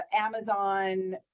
Amazon